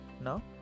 Now